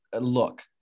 look